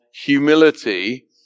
humility